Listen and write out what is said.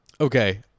Okay